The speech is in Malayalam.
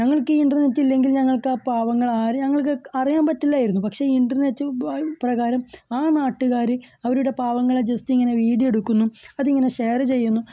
ഞങ്ങൾക്ക് ഈ ഇൻറ്റർനെറ്റ് ഇല്ലെങ്കിൽ ഞങ്ങൾക്ക് ആ പാവങ്ങളെ ആരെയും ഞങ്ങൾക്ക് അറിയാൻ പറ്റില്ലായിരുന്നു പക്ഷെ ഇൻറ്റർനെറ്റ് പ്രകാരം ആ നാട്ടുകാർ അവരുടെ പാവങ്ങളെ ജസ്റ്റ് ഇങ്ങനെ വീഡിയോ എടുക്കുന്നു അതിങ്ങനെ ഷെയർ ചെയ്യുന്നു